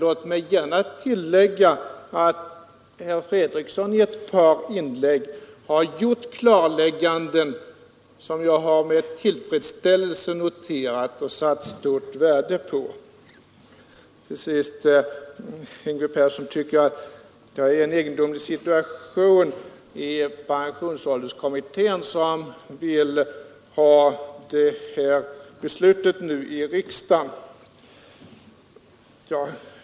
Jag vill gärna tillägga att herr Fredriksson i ett par inlägg gjort klarlägganden som jag med tillfredsställelse noterat och som jag satt stort värde på. Yngve Persson tycker att jag är i en egendomlig situation i pensionsålderskommittén därför att jag vill ha det här beslutet nu i riksdagen.